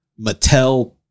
Mattel